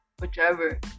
Whichever